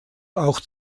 auch